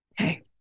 Okay